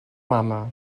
mama